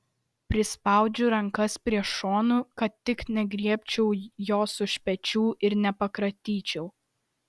prispaudžiu rankas prie šonų kad tik negriebčiau jos už pečių ir nepakratyčiau